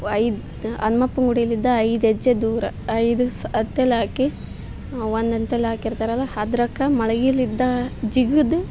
ಐದು ಹನ್ಮಪ್ಪನ ಗುಡಿಲಿಂದ ಐದು ಹೆಜ್ಜೆ ದೂರ ಐದು ಸ್ ಹತ್ತು ಎಲೆ ಹಾಕಿ ಒಂದು ಎಂತೆ ಹಾಕಿರ್ತಾರಲ ಅದಕ್ಕ ಮಳ್ಗಿಲಿಂದ ಜಿಗಿದು